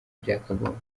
byakagombye